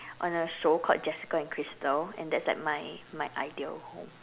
on a show called Jessica and Krystal and that is like my my ideal home